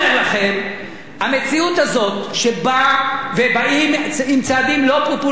המציאות הזאת שבאים עם צעדים לא פופוליסטיים כדי